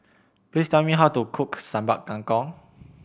please tell me how to cook Sambal Kangkong